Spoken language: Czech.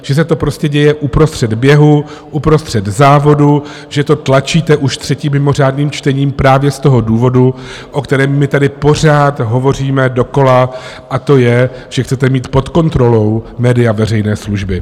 Že se to prostě děje uprostřed běhu, uprostřed závodu, že to tlačíte už třetím mimořádným čtením právě z toho důvodu, o kterém my tady pořád hovoříme dokola, a to je, že chcete mít pod kontrolou média veřejné služby.